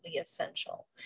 essential